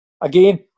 again